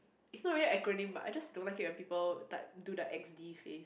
is not really an acronym but I just don't like it when people type do the X D face